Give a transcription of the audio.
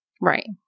Right